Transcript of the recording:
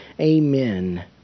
Amen